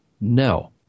No